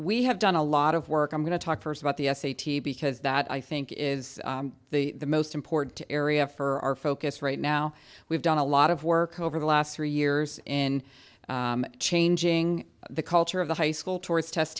we have done a lot of work i'm going to talk first about the s a t because that i think is the most important to area for our focus right now we've done a lot of work over the last three years in changing the culture of the high school towards test